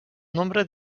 nombre